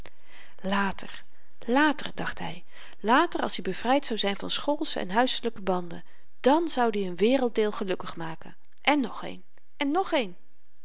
later later dacht hy later als i bevryd zou zyn van schoolsche en huiselyke banden dan zoud i n werelddeel gelukkig maken en nog een en ng een